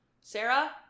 Sarah